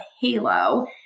Halo